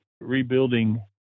rebuilding –